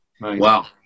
Wow